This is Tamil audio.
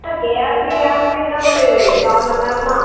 சார் கேஆர்பி டேமுக்கும் என்ன ஒரு கால் மண் நேரம் தான்